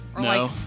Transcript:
No